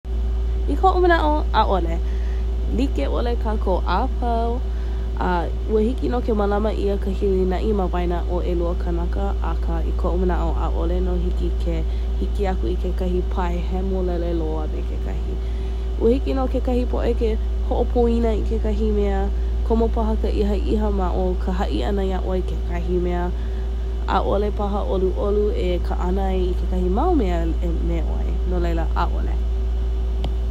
I koʻu manaʻo, likeʻole kākou a pau a ua hiki nō ke mālama i ka hilinaʻi ma waena ʻo ʻelua kanaka i koʻu manaʻo ʻaʻole no i hiki aku i kekahi pae hemolele loa me kekahi. Ua hiki nō kekahi poʻe ke hoʻopoina i kekahi mea, komo paha ka ʻihaʻiha ma o ka haʻi ʻana ʻoe kakahi mea. ʻAʻole paha ʻoluʻolu e kāʻana i kekahi mau mea me ʻoe, no laila ʻaʻole.